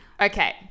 Okay